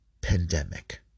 pandemic